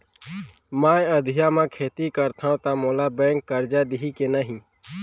मैं अधिया म खेती करथंव त मोला बैंक करजा दिही के नही?